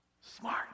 smart